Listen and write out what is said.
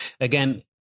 again